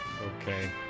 Okay